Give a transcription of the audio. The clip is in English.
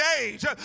age